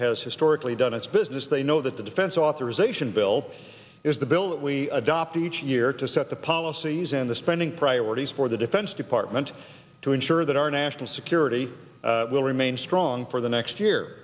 has historically done its business they know that the defense authorization bill is the bill that we adopt each year to set the policies and the spending priorities for the defense department to ensure that our national security will remain strong for the next year